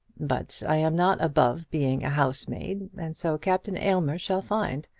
but i am not above being a housemaid, and so captain aylmer shall find.